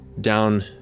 down